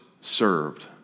served